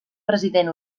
president